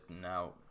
now